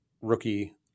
rookie